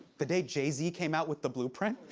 the day jay-z came out with the blueprint?